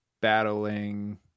battling